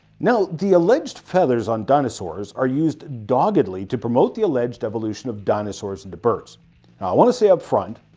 now the alleged feathers on dinosaurs are used doggedly to promote the alleged evolution of dinosaurs into birds. i want to say up front,